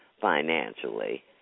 financially